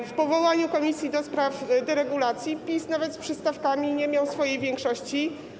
Przy powołaniu komisji do spraw deregulacji PiS nawet z przystawkami nie miał swojej większości.